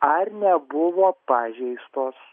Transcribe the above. ar nebuvo pažeistos